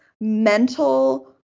mental